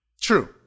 True